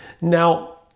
Now